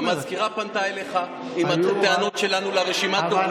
המזכירה פנתה אליך עם הטענות שלנו על רשימת הדוברים,